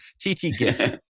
T-T-Git